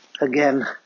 Again